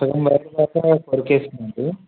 సగం వైర్ దాక కొరికేసింది